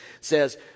says